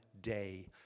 day